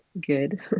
good